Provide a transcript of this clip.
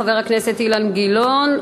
חבר הכנסת אילן גילאון,